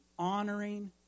honoring